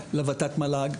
כמובן לות"ת-מל"ג.